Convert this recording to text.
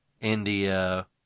India